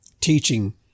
teaching